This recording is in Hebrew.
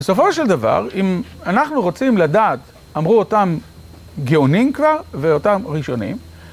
בסופו של דבר, אם אנחנו רוצים לדעת, אמרו אותם גאונים כבר ואותם ראשונים,